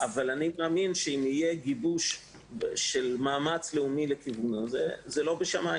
אני מאמין שאם יהיה גיבוש של מאמץ לאומי זה לא בשמיים